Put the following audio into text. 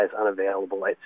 unavailable